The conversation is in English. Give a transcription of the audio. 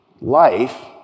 life